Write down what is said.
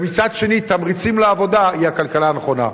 ומצד שני תמריצים לעבודה, היא הכלכלה הנכונה.